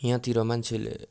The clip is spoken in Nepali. यहाँतिर मान्छेले